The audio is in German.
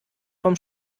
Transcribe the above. vom